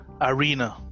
arena